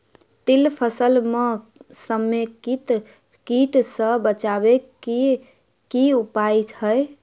तिल फसल म समेकित कीट सँ बचाबै केँ की उपाय हय?